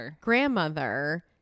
grandmother